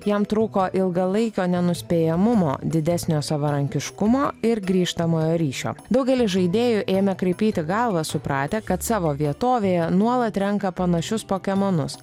jam trūko ilgalaikio nenuspėjamumo didesnio savarankiškumo ir grįžtamojo ryšio daugelis žaidėjų ėmė kraipyti galvą supratę kad savo vietovėje nuolat renka panašius pokemonus